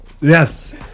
Yes